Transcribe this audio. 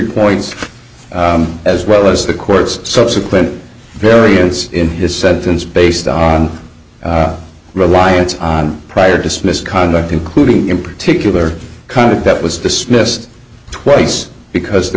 points as well as the court's subsequent variance in his sentence based on reliance on prior dismissed conduct including in particular conduct that was dismissed twice because there